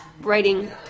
writing